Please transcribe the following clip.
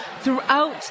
throughout